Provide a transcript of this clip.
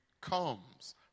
comes